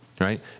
right